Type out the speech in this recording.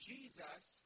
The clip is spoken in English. Jesus